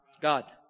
God